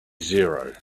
zero